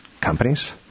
companies